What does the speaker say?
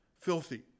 filthy